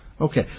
Okay